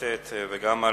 המפורטת וגם על